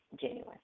genuine